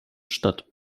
statt